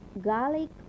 garlic